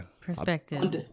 perspective